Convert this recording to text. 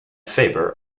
faber